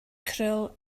cruel